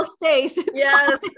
Yes